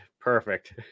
Perfect